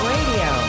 Radio